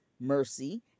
Mercy